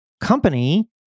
company